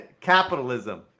capitalism